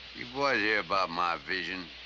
you boys hear about my vision?